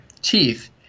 teeth